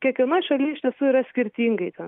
kiekvienoj šaly iš tiesų yra skirtingai ten